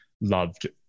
loved